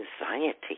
anxiety